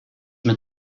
mit